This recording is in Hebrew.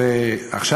עכשיו,